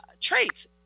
traits